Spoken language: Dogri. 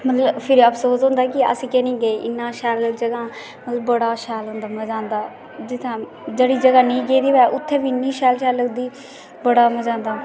मतलब फिर अफसोस होंदा की अस कीऽ निं गे इन्नी बड़ी शैल जगह उत्थें इन्ना मज़ा आंदा जेह्ड़ी जगह नेईं गेदी होऐ उत्थें बी शैल लगदी बड़ा मज़ा आंदा